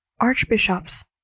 Archbishops